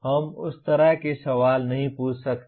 हम उस तरह के सवाल नहीं पूछ सकते